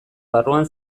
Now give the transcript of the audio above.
barruan